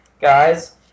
guys